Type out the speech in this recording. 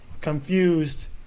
confused